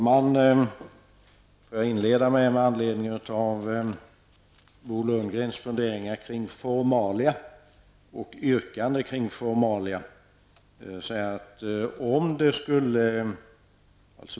Fru talman! Med anledning av Bo Lundgrens funderingar kring formalia och yrkanden om dessa, vill jag inledningsvis säga följande.